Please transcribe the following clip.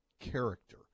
character